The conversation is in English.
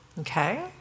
Okay